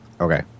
Okay